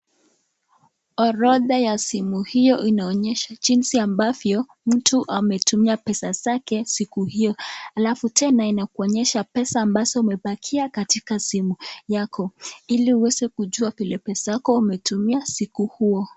Orodha ya simu hiyo inaonyesha jinsi ambavyo mtu ametumia pesa zake siku hiyo alafu tena inakuonyesha pesa ambazo umebakia katika simu yako ili uweze kujua vile pesa yako umetumia siku huo.